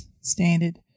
standard